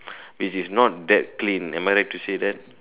it is not very clean am I right to say that